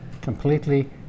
completely